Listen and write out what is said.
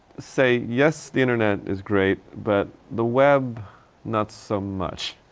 say, yes the internet is great, but the web not so much.